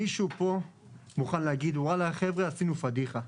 מישהו פה מוכן להגיד וואלה חבר'ה עשינו פדיחה,